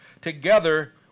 together